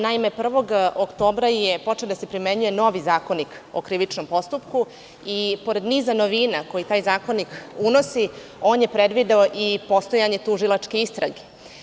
Naime, 1. oktobra je počeo da se primenjuje novi Zakonik o krivičnom postupku i pored niza novina koje taj zakonik unosi, on je predvideo i postojanje tužilačke istrage.